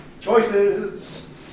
Choices